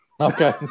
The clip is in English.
Okay